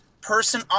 person